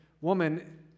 woman